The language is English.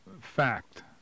fact